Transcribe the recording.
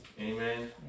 Amen